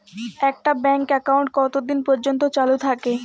একটা bank account কতদিন পর্যন্ত চালু থাকে?